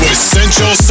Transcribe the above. Essential